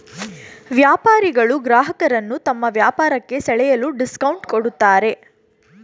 ವ್ಯಾಪಾರಿಗಳು ಗ್ರಾಹಕರನ್ನು ತಮ್ಮ ವ್ಯಾಪಾರಕ್ಕೆ ಸೆಳೆಯಲು ಡಿಸ್ಕೌಂಟ್ ಕೊಡುತ್ತಾರೆ